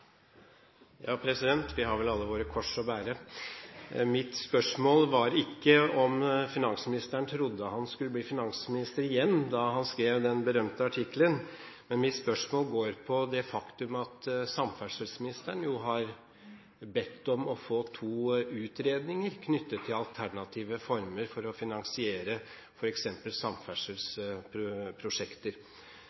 vi har vel alle våre kors å bære. Mitt spørsmål dreier seg ikke om finansministeren trodde han skulle bli finansminister igjen da han skrev den berømte artikkelen, men mitt spørsmål går på det faktum at samferdselsministeren har bedt om å få to utredninger knyttet til alternative former for å finansiere